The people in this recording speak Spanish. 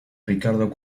ricardo